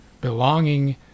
belonging